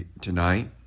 tonight